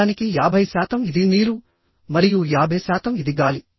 నిజానికి యాభై శాతం ఇది నీరు మరియు 50 శాతం ఇది గాలి